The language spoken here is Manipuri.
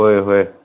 ꯍꯣꯏ ꯍꯣꯏ